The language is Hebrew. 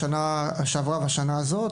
לשנה שעברה ולשנה הזו,